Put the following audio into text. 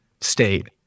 state